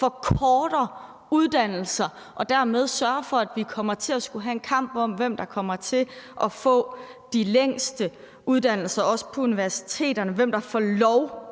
forkorter uddannelser og dermed sørger for, at vi kommer til at skulle have en kamp om, hvem der kommer til at få de længste uddannelser, også på universiteterne, og hvem der får lov